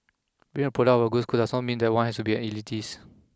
being a product of a good school does not mean that one has to be an elitist